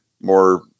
more